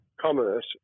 commerce